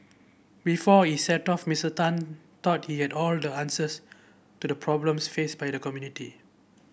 before he set off Mister Tan thought he had all the answers to the problems faced by the community